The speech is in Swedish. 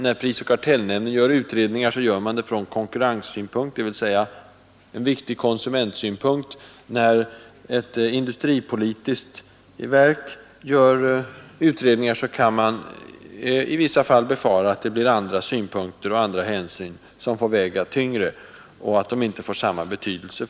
När prisoch kartellnämnden gör utredningar, gör den det från konkurrenssynpunkt — en viktig konsumentsynpunkt. När ett industripolitiskt verk gör utredningar, kan man i vissa fall befara att andra synpunkter och hänsyn får väga tyngre och att konsumentsynpunkterna inte får samma betydelse.